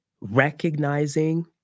recognizing